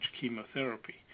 chemotherapy